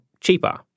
cheaper